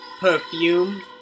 perfume